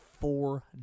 four